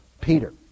Peter